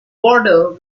border